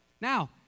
Now